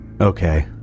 Okay